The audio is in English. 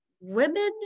women